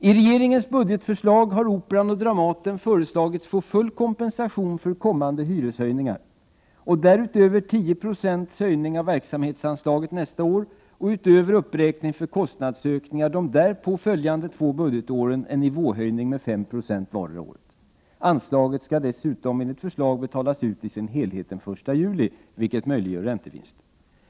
I regeringens budgetförslag har Operan och Dramaten föreslagits få full kompensation för kommande hyreshöjningar och vidare 10 96 höjning av verksamhetsanslaget nästa år och utöver uppräkning för kostnadsökningar 66 de därpå följande två budgetåren en nivåhöjning med 5 26 vartdera året. Anslaget skall dessutom enligt förslaget betalas ut i dess helhet den 1 juli, vilket möjliggör räntevinst.